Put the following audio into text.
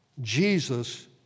Jesus